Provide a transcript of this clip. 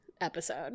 episode